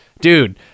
dude